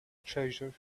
treasure